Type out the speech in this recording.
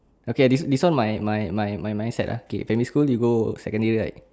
okay this this one my my my my my mindset uh okay primary school you go secondary right